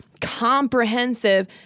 comprehensive